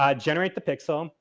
ah generate the pixel,